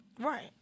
Right